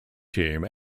team